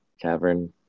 cavern